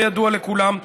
כידוע לכולם,